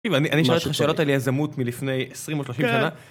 אני שואל אותך שאלות על יזמות מלפני 20 או 30 שנה.